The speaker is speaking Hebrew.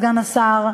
סגן השר,